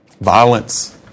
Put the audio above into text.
Violence